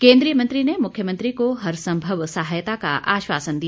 केन्द्रीय मंत्री ने मुख्यमंत्री को हर संभव सहायता का आश्वासन दिया